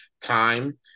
time